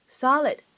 solid